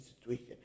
situation